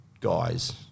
guys